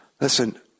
Listen